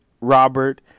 Robert